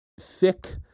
thick